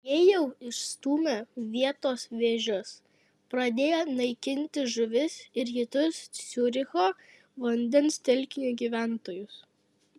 jie jau išstūmė vietos vėžius pradėjo naikinti žuvis ir kitus ciuricho vandens telkinio gyventojus